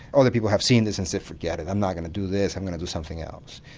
other people have seen this and said forget it, i'm not going to do this, i'm going to do something else.